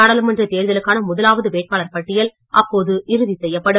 நாடாளுமன்ற தேர்தலுக்கான முதலாவது வேட்பாளர் பட்டியல் அப்போது இறுதி செய்யப்படும்